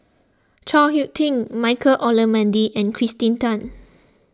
Chao Hick Tin Michael Olcomendy and Kirsten Tan